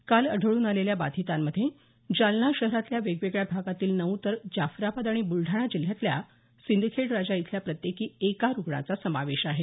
काल आढळून आलेल्या बाधितांमध्ये जालना शहरातल्या वेगवेगळ्या भागातील नऊ तर जाफ्राबाद आणि बुलडाणा जिल्ह्यातल्या सिंदखेडराजा इथल्या प्रत्येकी एका रुग्णाचा समावेश आहे